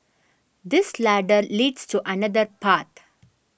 this ladder leads to another path